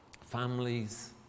families